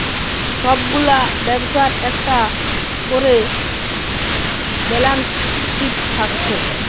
সব গুলা ব্যবসার একটা কোরে ব্যালান্স শিট থাকছে